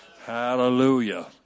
Hallelujah